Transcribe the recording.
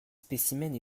spécimens